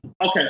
Okay